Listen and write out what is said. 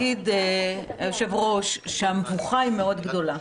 אדוני היושב-ראש, המבוכה היא מאוד גדולה.